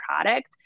product